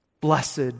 blessed